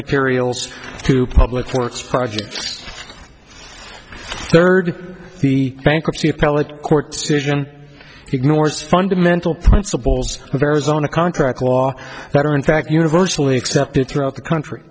materials to public works projects third the bankruptcy appellate court decision ignores fundamental principles of arizona contract law that are in fact universally accepted throughout the country